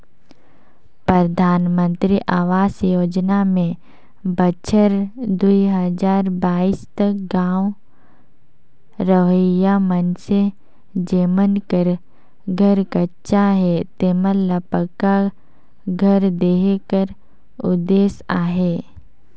परधानमंतरी अवास योजना में बछर दुई हजार बाइस तक गाँव रहोइया मइनसे जेमन कर घर कच्चा हे तेमन ल पक्का घर देहे कर उदेस अहे